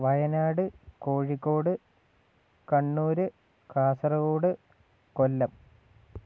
Wayanad Kozhikode Kannur Kasaragod Kollam